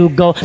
go